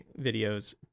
videos